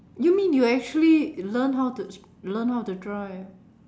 you mean you actually learn how to learn how to drive